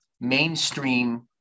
mainstream